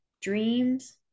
dreams